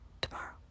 tomorrow